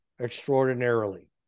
extraordinarily